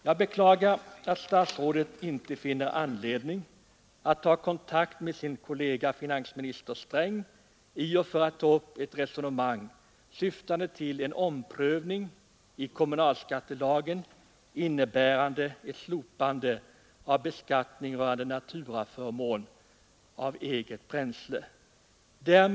Jag beklagar att statsrådet inte finner anledning att ta kontakt med sin kollega finansminister Sträng för att ta upp ett resonemang som syftar till en omprövning av kommunalskattelagen, innebärande ett slopande av beskattningen på naturaförmånen eget bränsle.